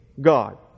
God